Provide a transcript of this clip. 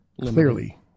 clearly